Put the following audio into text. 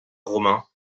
romain